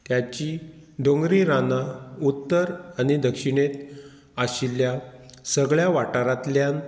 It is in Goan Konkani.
त्याची दोंगरी रानां उत्तर आनी दक्षिणेंत आशिल्ल्या सगळ्या वाठारांतल्यान